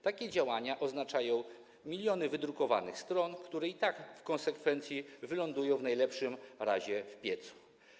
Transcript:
Takie działania oznaczają miliony wydrukowanych stron, które i tak w konsekwencji wylądują w najlepszym razie w piecu.